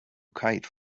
kite